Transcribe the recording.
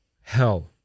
hell